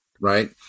right